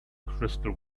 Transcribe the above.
crystal